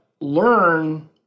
learn